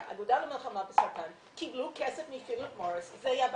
האגודה למלחמה בסרטן קיבלו כסף מפיליפ מוריס זה היה בעקיפין,